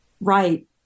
Right